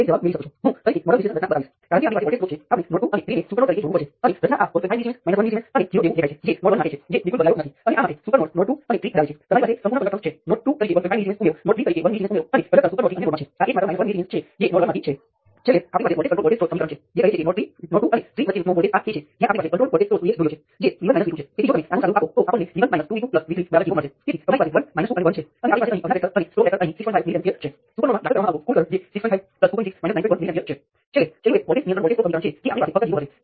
તેથી મેં અગાઉ ઉલ્લેખ કર્યો તેમ આ વોલ્ટેજ નિયંત્રિત વોલ્ટેજ સ્ત્રોત સાથેનાં નોડલ વિશ્લેષણના કિસ્સા જેવું જ છે